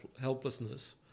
helplessness